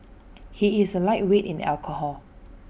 he is A lightweight in alcohol